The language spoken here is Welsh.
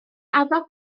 addo